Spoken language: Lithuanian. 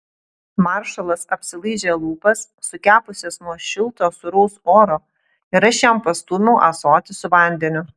maršalas apsilaižė lūpas sukepusias nuo šilto sūraus oro ir aš jam pastūmiau ąsotį su vandeniu